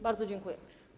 Bardzo dziękuję.